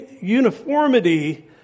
uniformity